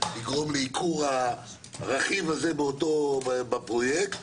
לגרום לייקור הרכיב בפרויקט,